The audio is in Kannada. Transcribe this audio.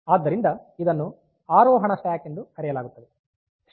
ಆದ್ದರಿಂದ ಇದನ್ನು ಆರೋಹಣ ಸ್ಟ್ಯಾಕ್ ಎಂದು ಕರೆಯಲಾಗುತ್ತದೆ